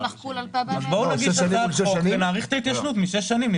אז בואו נגיש הצעת חוק ונאריך את ההתיישנות משש שנים.